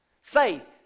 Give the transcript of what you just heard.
Faith